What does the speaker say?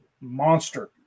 monster